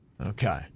Okay